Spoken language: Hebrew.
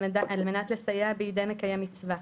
על מנת לסייע בידי מקיים מצווה,